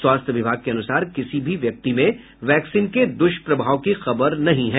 स्वास्थ्य विभाग के अनुसार किसी भी व्यक्ति में वैक्सीन के दुष्प्रभाव की खबर नहीं है